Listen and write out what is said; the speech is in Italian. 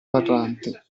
parlante